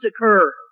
occur